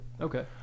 okay